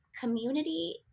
Community